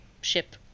ship